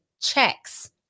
checks